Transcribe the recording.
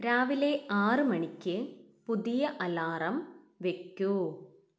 രാവിലെ ആറ് മണിക്ക് പുതിയ അലാറം വയ്ക്കൂ